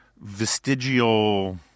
vestigial